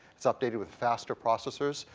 it's updated with faster processors,